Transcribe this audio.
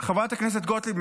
חברת הכנסת גוטליב,